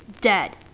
dead